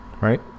right